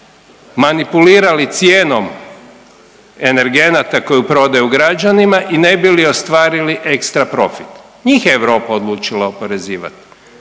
manipulirali cijenom energenata koju prodaju građanima i ne bi li ostvarili ekstra profit. Njih je Europa odlučila oporezivati.